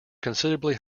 considerably